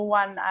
one